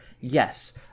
yes